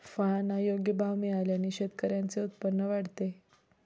फळांना योग्य भाव मिळाल्याने शेतकऱ्यांचे उत्पन्न वाढते